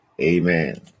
Amen